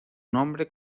nombre